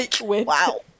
wow